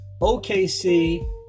OKC